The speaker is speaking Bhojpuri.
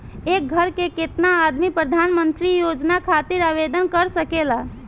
एक घर के केतना आदमी प्रधानमंत्री योजना खातिर आवेदन कर सकेला?